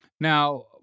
Now